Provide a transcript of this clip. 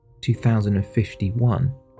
2051